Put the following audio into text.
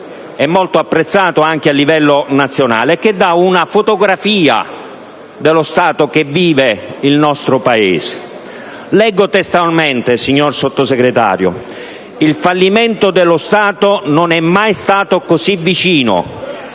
e molto apprezzato anche a livello nazionale, il quale dà una fotografia dello stato che vive il nostro Paese. Leggo testualmente, signor Sottosegretario: «Il fallimento dello Stato non è mai stato così vicino.